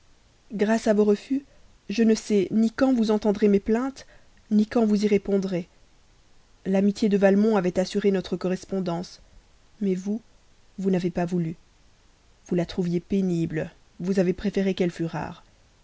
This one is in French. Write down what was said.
grâce à vos refus je ne sais ni quand vous entendrez mes plaintes ni quand vous y répondrez l'amitié de valmont avait assuré notre correspondance mais vous vous n'avez pas voulu vous la trouviez pénible vous avez préféré qu'elle fût plus rare